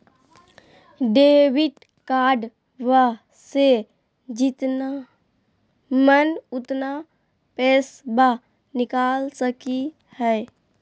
Debit कार्डबा से जितना मन उतना पेसबा निकाल सकी हय?